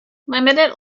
limited